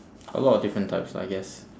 a lot of different types I guess